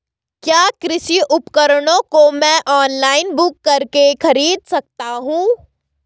क्या कृषि उपकरणों को मैं ऑनलाइन बुक करके खरीद सकता हूँ?